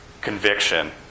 conviction